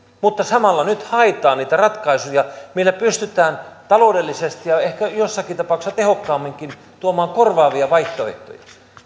mutta samalla nyt haetaan niitä ratkaisuja millä pystytään taloudellisesti ja ehkä joissakin tapauksissa tehokkaamminkin tuomaan korvaavia vaihtoehtoja